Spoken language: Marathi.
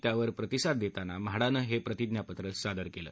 त्यावर प्रतिसाद देताना म्हाडानं हे प्रतिज्ञापत्र सादर केलं